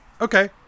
Okay